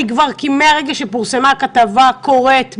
מהרגע שפורסמה הכתבה אני קוראת,